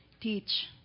teach